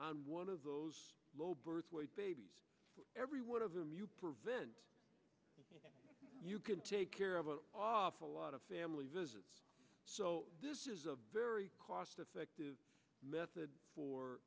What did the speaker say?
one of those low birth weight babies every one of them you prevent you can take care of an awful lot of family visits so this is a very cost effective method for